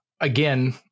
again